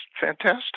fantastic